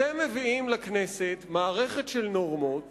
אתם מביאים לכנסת מערכת של נורמות